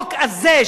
החוק הזה,